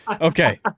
Okay